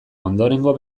ondorengo